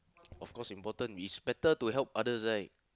of course important it's better to help others right